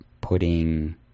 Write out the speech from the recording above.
putting